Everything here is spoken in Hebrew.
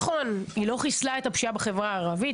נכון שהיא לא חיסלה את האלימות בחברה הערבית,